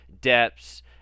depths